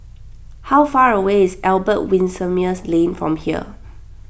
how far away is Albert Winsemius Lane from here